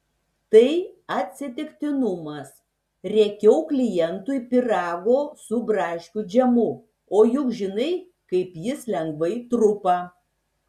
tai atsitiktinumas riekiau klientui pyrago su braškių džemu o juk žinai kaip jis lengvai trupa